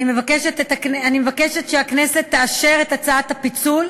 אני מבקשת שהכנסת תאשר את הצעת הפיצול.